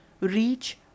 reach